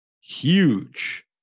huge